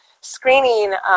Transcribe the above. screening